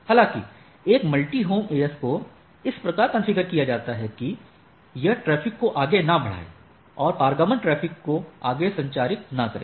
हालाँकि एक multi home AS को इस प्रकार कॉन्फ़िगर किया जाता है कि यह ट्रैफिक को आगे न बढ़ाए और पारगमन ट्रैफिक को आगे संचारित न करे